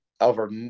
over